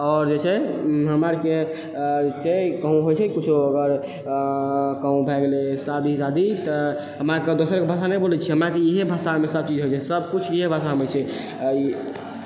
आओर जे छै हमरा आरके कहुँ होइ छै किछौ अगर कहुँ भए गेलै शादी वादी तऽ हमरा आरके दोसरके भाषा नहि बोलै छियै हमरा आरके इहए भाषामे सब चीज होइ छै सब किछु इहए भाषामे होइ छै आ ई